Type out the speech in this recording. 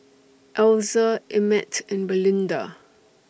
Elza Emett and Belinda